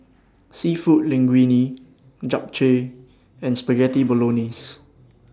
Seafood Linguine Japchae and Spaghetti Bolognese